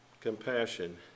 Compassion